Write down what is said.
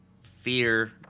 fear